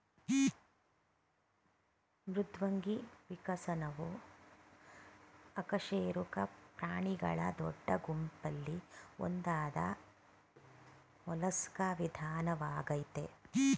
ಮೃದ್ವಂಗಿ ವಿಕಸನವು ಅಕಶೇರುಕ ಪ್ರಾಣಿಗಳ ದೊಡ್ಡ ಗುಂಪಲ್ಲಿ ಒಂದಾದ ಮೊಲಸ್ಕಾ ವಿಧಾನವಾಗಯ್ತೆ